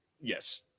Yes